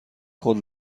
خود